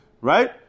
Right